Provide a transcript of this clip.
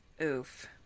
Oof